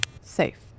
Safe